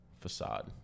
facade